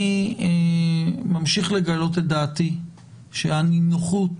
אני ממשיך לגלות את דעתי שאני שם סימן שאלה על הנינוחות